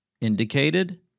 Indicated